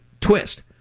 twist